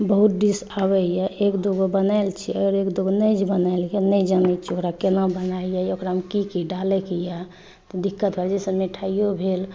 बहुत डिश आबैया एकदुगो बनायल छी और एकदुगो नहि जे बनायल गेल नहि जानै छी ओकरा केना बनायल जइया ओकरा मे की की डालै के यऽ दिक्कत भऽ जाइए जेना मिठाइयो भेल